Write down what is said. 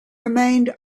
remained